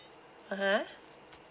(uh huh)